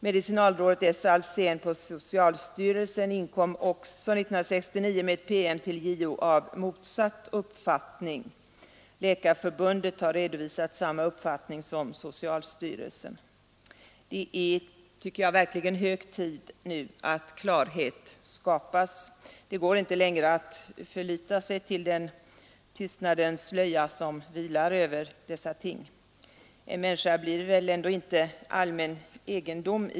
Medicinalrådet S. Alsén på socialstyrelsen inkom också 1969 med en PM till JO av motsatt uppfattning. Läkarförbundet har redovisat samma uppfattning som socialstyrelsen. Det är, tycker jag, verkligen hög tid nu att klarhet skapas. Det går inte längre att förlita sig till den tystnadens slöja som vilar över dessa ting.